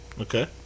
Okay